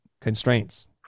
Constraints